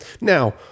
Now